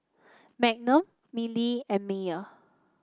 Magnum Mili and Mayer